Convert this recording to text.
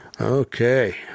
Okay